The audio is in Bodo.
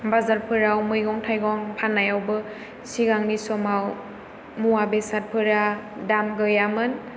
बाजारफोराव मैगं थाइगं फाननायावबो सिगांनि समाव मुवा बेसादफोरा दाम गैयामोन